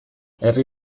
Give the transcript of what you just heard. herri